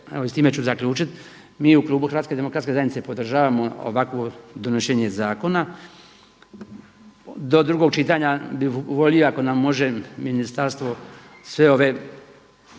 s time ću zaključiti. Mi u klubu Hrvatske demokratske zajednice podržavamo ovakvo donošenje zakona. Do drugog čitanja bih volio ako nam može ministarstvo sve ove